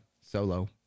Solo